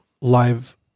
live